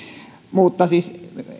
mutta siis